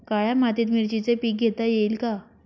काळ्या मातीत मिरचीचे पीक घेता येईल का?